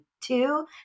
two